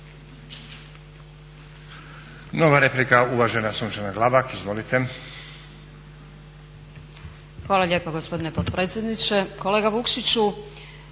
Hvala